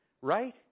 right